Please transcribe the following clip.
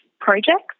projects